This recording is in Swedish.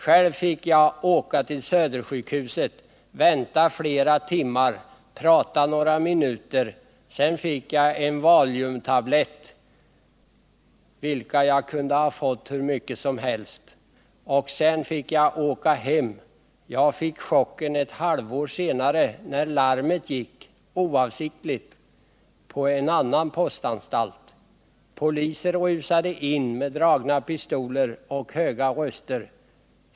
”Själv fick jag åka till Södersjukhuset, vänta flera timmar, prata några minuter, sedan fick jag en Valiumtablett och sedan fick jag åka hem. Jag fick chocken ett halvår senare, när larmet gick på en annan postanstalt. Poliser rusade in med dragna pistoler och höga röster.